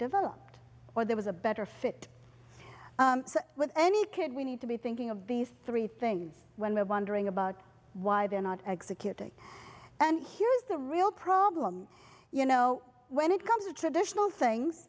developed or there was a better fit with any kid we need to be thinking of these three things when we're wondering about why they're not executing and here's the real problem you know when it comes to traditional things